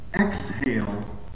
exhale